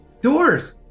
Doors